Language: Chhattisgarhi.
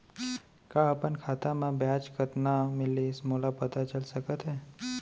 का अपन खाता म ब्याज कतना मिलिस मोला पता चल सकता है?